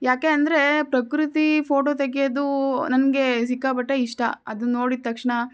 ಯಾಕೆ ಅಂದರೆ ಪ್ರಕೃತಿ ಫೋಟೋ ತೆಗೆಯೋದು ನನಗೆ ಸಿಕ್ಕಾಪಟ್ಟೆ ಇಷ್ಟ ಅದನ್ನ ನೋಡಿದ ತಕ್ಷಣ